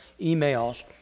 emails